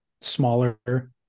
smaller